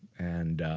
and